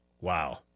Wow